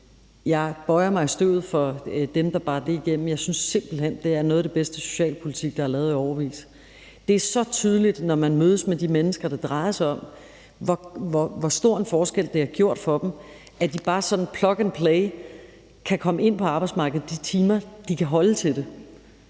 jeg bøjer mig i støvet for dem, der bar det igennem. Jeg synes simpelt hen, at det er noget af det bedste socialpolitik, der er lavet i årevis. Det er så tydeligt, når man mødes med de mennesker, det drejer sig om, hvor stor en forskel det har gjort for dem, at de bare sådan plug and play kan komme ind på arbejdsmarkedet, de timer de kan holde til det.